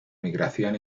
migración